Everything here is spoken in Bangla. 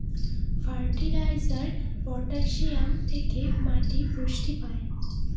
ফার্টিলাইজারে পটাসিয়াম থেকে মাটি পুষ্টি পায়